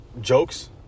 jokes